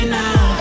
now